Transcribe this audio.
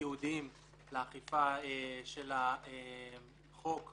ייעודיים לאכיפה של החוק והתקנות.